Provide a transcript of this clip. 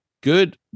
good